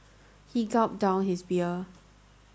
he gulped down his beer